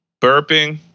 burping